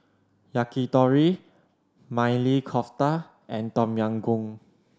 Yakitori Maili Kofta and Tom Yam Goong